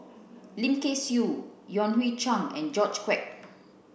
Lim Kay Siu Yan Hui Chang and George Quek